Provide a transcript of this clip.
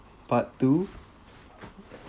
part two